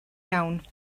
iawn